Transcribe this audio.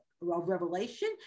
revelation